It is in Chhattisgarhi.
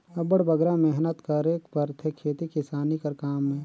अब्बड़ बगरा मेहनत करेक परथे खेती किसानी कर काम में